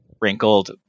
wrinkled